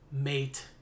Mate